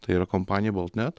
tai yra kompanija baltnet